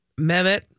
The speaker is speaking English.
Mehmet